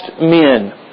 men